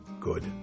good